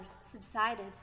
subsided